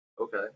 Okay